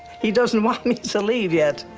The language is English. he doesn't want me to leave yet.